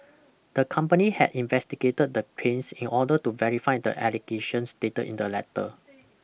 the company had investigated the claims in order to verify the allegations stated in the letter